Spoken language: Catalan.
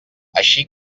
així